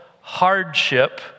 hardship